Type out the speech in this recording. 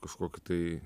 kažkokį tai